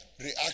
react